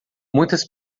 muitas